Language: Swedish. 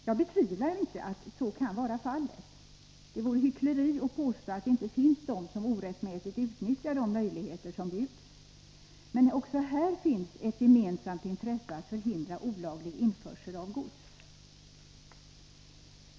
Jag betvivlar inte att det kan ligga till på detta sätt. Det vore hyckleri att påstå att det inte finns sådana som orättmätigt utnyttjar de möjligheter som bjuds. Men också här finns ett gemensamt intresse att förhindra olaglig införsel av gods.